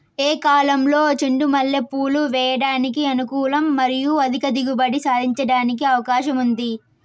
ఏ కాలంలో చెండు మల్లె పూలు వేయడానికి అనుకూలం మరియు అధిక దిగుబడి సాధించడానికి అవకాశం ఉంది?